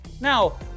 now